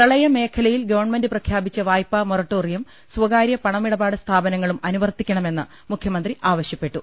പ്രളയ മേഖലയിൽ ഗവൺമെന്റ് പ്രഖ്യാ പിച്ച വായ്പാ മൊറൊട്ടോറിയം സ്വകാര്യ പണമിടപാട് സ്ഥാപന ങ്ങളും അനുവർത്തിക്കണമെന്ന് മുഖ്യമന്ത്രി ആവശൃപ്പെട്ടു